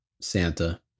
Santa